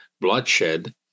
bloodshed